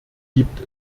gibt